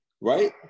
Right